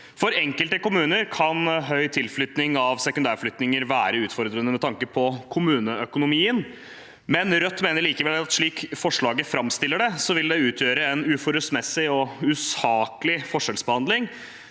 For enkelte kommuner kan høy tilflytting av sekundærflyktninger være utfordrende med tanke på kommuneøkonomien, men Rødt mener likevel at slik forslaget framstiller det, vil dette utgjøre en uforholdsmessig og usaklig forskjellsbehandling